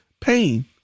pain